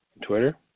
Twitter